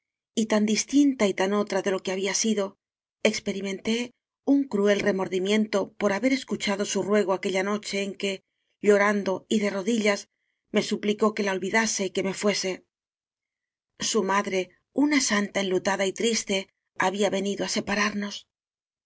y tan distinta y tan otra de lo que había sido experimenté un cruel remor dimiento por haber escuchado su ruego aque lla noche en que llorando y de rodillas me suplicó que la olvidase y que me fuese su madre una santa enlutada y triste había venido á separarnos